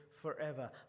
forever